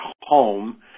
home